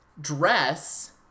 dress